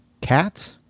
cat